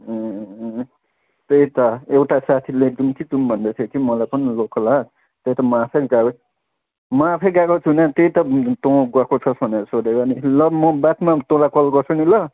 ए त्यही त एउटा साथीले जाउँ कि जाउँ भन्दैथ्यो कि मलाई पनि लोकल हाट त्यही त म आफै गएको म आफै गएको छुइनँ त्यही त तँ गएको छस् भनेर सोधेको नि ल म बादमा तँलाई कल गर्छु नि ल